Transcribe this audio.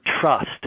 trust